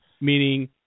Meaning